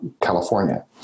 California